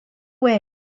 away